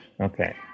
Okay